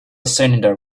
cylinder